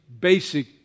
basic